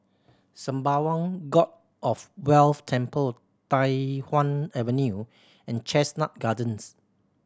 Sembawang God of Wealth Temple Tai Hwan Avenue and Chestnut Gardens